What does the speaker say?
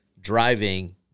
driving